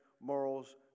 morals